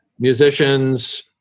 musicians